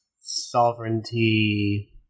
sovereignty